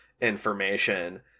information